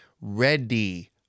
ready